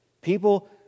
People